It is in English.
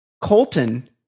Colton